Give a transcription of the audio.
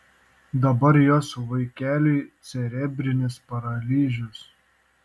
dabar jos vaikeliui cerebrinis paralyžius